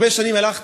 הרבה שנים הלכתי,